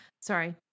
Sorry